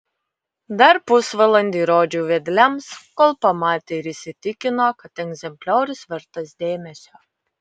dar pusvalandį rodžiau vedliams kol pamatė ir įsitikino kad egzempliorius vertas dėmesio